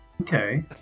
Okay